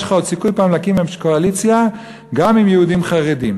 יש לך עוד סיכוי פעם להקים קואליציה גם עם יהודים חרדים,